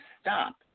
stop